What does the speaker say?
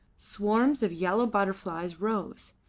swarms of yellow butterflies rose,